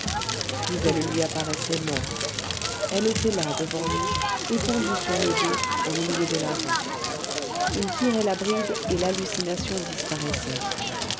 puis elle lui apparaissait morte elle était là devant lui étendue sur le dos au milieu de la route il tirait la bride et l'hallucination disparaissait